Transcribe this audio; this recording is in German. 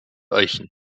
eichen